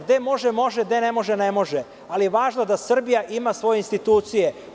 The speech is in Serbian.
Gde može – može, gde ne može – ne može, ali je važno da Srbija ima svoje institucije.